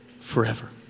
forever